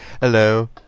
Hello